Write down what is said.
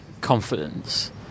confidence